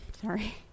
sorry